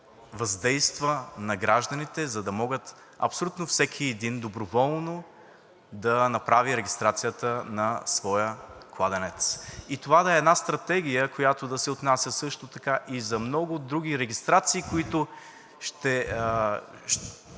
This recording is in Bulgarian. въздейства на гражданите, за да могат абсолютно всеки един доброволно да направи регистрацията на своя кладенец. Това да е една стратегия, която да се отнася също така и за много други регистрации, които ще